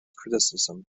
criticism